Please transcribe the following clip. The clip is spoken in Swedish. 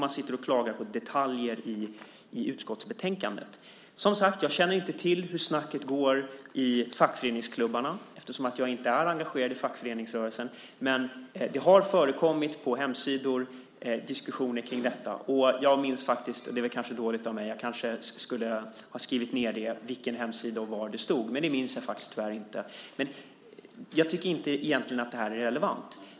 Man klagar på detaljer i utskottsbetänkandet. Jag känner inte till hur snacket går i fackföreningsklubbarna eftersom jag inte är engagerad i fackföreningsrörelsen. Det har förekommit diskussioner om detta på hemsidor. Jag minns faktiskt inte vilken hemsida det var och vad det stod, och det är kanske dåligt av mig. Jag kanske skulle ha skrivit ned det. Jag minns det tyvärr inte. Men jag tycker egentligen inte att det är relevant.